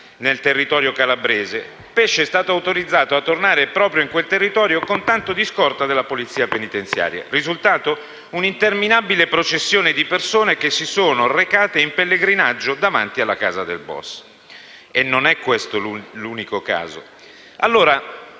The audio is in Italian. nel territorio calabrese. Pesce è stato autorizzato a tornare proprio in quel territorio con tanto di scorta della polizia penitenziaria. Il risultato è stata un'interminabile processione di persone che si sono recate in pellegrinaggio davanti alla casa del *boss*. Non è questo l'unico caso.